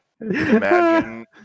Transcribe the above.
Imagine